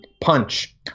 punch